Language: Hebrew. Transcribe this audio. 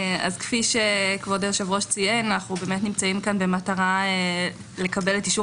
כפי שהיושב-ראש ציין אנחנו נמצאים כאן במטרה לקבל את אישור